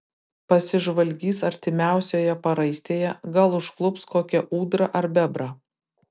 pasižvalgys artimiausioje paraistėje gal užklups kokią ūdrą ar bebrą